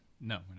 No